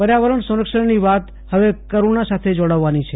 પર્યાવરણ સંરક્ષણની વાત હવે કરૂણા સાથે જોડાવવાની છે